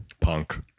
Punk